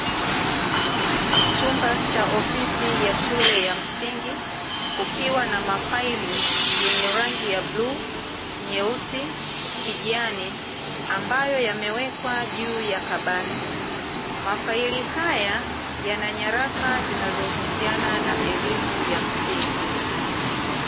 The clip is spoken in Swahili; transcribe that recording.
Chumba cha ofisi ya shule ya msingi kukiwa na mafaili yenye rangi ya buluu, nyeusi, kijani, ambayo yamewekwa juu ya kabati, mafaili haya yana nyaraka zinazohusiana na elimu ya msingi.